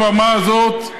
על הבמה הזאת,